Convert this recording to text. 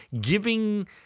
Giving